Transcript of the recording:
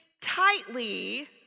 tightly